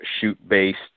shoot-based